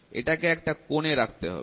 এটাকে একটা কোণে রাখতে হবে